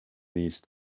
these